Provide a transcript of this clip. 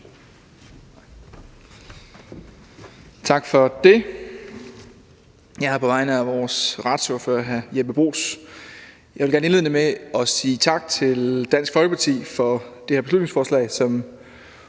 Tak for det. Jeg er her på vegne af vores retsordfører, hr. Jeppe Bruus. Jeg vil gerne indlede med at sige tak til Dansk Folkeparti for det her beslutningsforslag, som